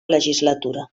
legislatura